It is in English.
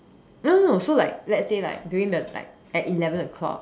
no no no so like let's say like during the like at eleven o clock